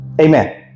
Amen